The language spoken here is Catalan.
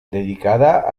dedicada